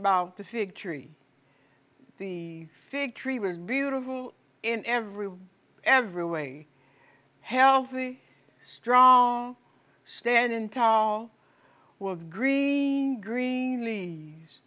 about the fig tree the fig tree was beautiful in every way every way healthy strong stand in tall with green green le